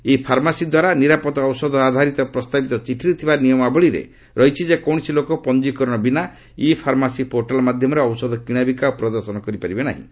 ଇ pharmacy ଦ୍ୱାରା ନିରାପଦ ଔଷଧ ଆଧାରିତ ପ୍ରସ୍ତାବିତ ଚିଠାରେ ଥିବା ନିୟମାବଳିରେ ରହିଛି ଯେ କୌଣସି ଲୋକ ପଞ୍ଜିକରଣ ବିନା ଇ ଫାର୍ମାସି ପୋର୍ଟାଲ୍ ମାଧ୍ୟମରେ ଔଷଧ କିଣାବିକା ଓ ପ୍ରଦର୍ଶନ କରିପାରିବ ନାହିଁ